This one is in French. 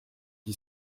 qui